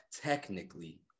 technically